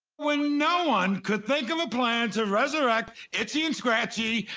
when no one could think of a plan to resurrect itchy and scratchy,